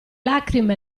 lacrime